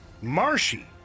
Marshy